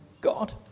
God